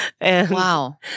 Wow